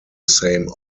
same